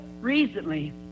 recently